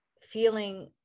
feeling